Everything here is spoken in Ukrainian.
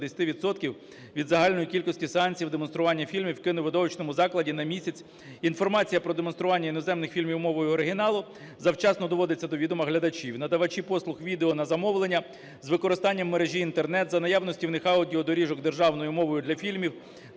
від загальної кількості санкцій у демонструванні фільмів у кіновидовищному закладі на місяць. Інформація про демонстрування іноземних фільмів мовою оригіналу завчасно доводиться до відома глядачів. Надавачі послуг "відео на замовлення" з використанням мережі Інтернет за наявності в них аудіодоріжок державною мовою для фільмів,